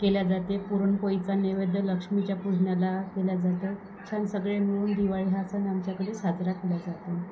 केले जाते पुरणपोळीचा नैवेद्य लक्ष्मीच्या पूजनाला केला जातो छान सगळे मिळून दिवाळी हा सण आमच्याकडे साजरा केला जातो